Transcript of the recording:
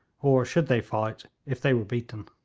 or should they fight, if they were beaten.